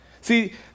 See